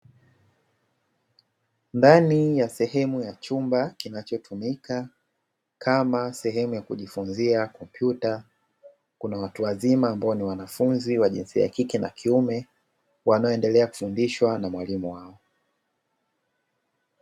Ndani ya sehemu ya chumba kinachotumika kama sehemu ya kujifunzia kompyuta kuna watu wazima ambao ni wanafunzi wa jinsia ya kike na kiume wanaoendelea kufundishwa na mwalimu wao.